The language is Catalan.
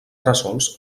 resolts